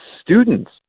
students